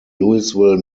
louisville